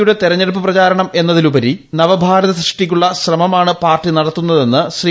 യൂടെ തെരഞ്ഞെടുപ്പ് പ്രചരണം എന്നതിലൂപരി നവ ഭാരത സൃഷ്ടിക്കുള്ള ശ്രമമാണ് പാർട്ടി നടത്തുന്നതെന്ന് ശ്രീ